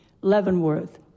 Leavenworth